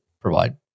provide